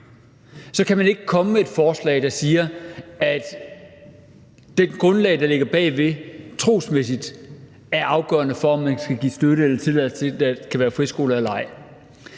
så kan man ikke komme med et forslag, der siger, at det grundlag, der trosmæssigt ligger bagved, er afgørende for, om man skal give støtte eller tilladelse til, om der kan være en friskole eller ej.